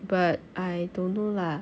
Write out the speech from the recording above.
but I don't know lah